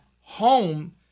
home